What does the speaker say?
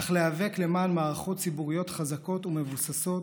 אך להיאבק למען מערכות ציבוריות חזקות ומבוססות,